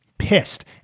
pissed